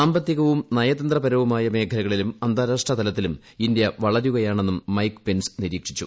സാമ്പത്തികവും നയതന്ത്രപരവുമായ മേഖലകളിലും അന്താരാഷ്ട്രതലത്തിലും ഇന്ത്യ വളരുകയാണെന്നും മൈക്ക് പെൻസ് നിരീക്ഷിച്ചു